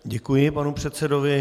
Děkuji panu předsedovi.